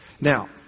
Now